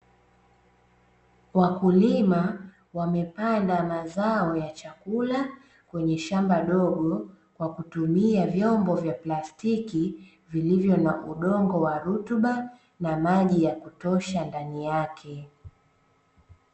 Wakulima wamepanda mazao ya chakula, kwenye shamba dogo kwa kutumia vyombo vya plastiki, vilivyo na udongo wa rutuba na maji ya kutosha ndani yake.